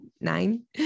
nine